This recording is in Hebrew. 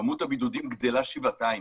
כמות הבידודים גדלה שבעתיים.